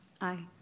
Aye